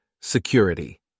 Security